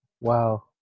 Wow